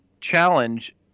challenge